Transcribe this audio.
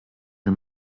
wir